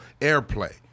airplay